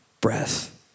breath